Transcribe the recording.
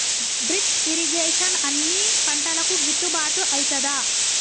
Drip irrigation అన్ని పంటలకు గిట్టుబాటు ఐతదా?